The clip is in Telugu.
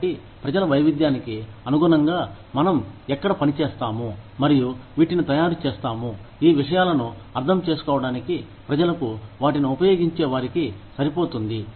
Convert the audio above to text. కాబట్టి ప్రజల వైవిధ్యానికి అనుగుణంగా మనం ఎక్కడ పని చేస్తాము మరియు వీటిని తయారు చేస్తాము ఈ విషయాలను అర్థం చేసుకోవడానికి ప్రజలకు వాటిని ఉపయోగించే వారికి సరిపోతుంది